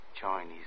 Chinese